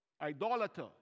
idolater